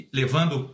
levando